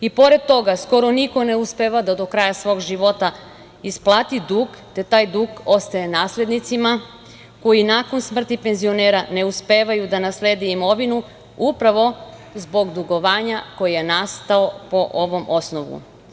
I pored toga, skoro niko ne uspeva da do kraja svog života isplati dug, te taj dug ostaje naslednicima koji nakon smrti penzionera ne uspevaju da naslede imovinu upravo zbog dugovanja koje je nastalo po ovom osnovu.